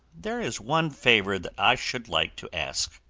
there is one favor that i should like to ask,